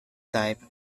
type